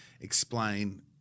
explain